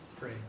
pray